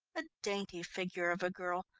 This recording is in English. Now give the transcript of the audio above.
a dainty figure of a girl,